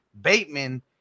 Bateman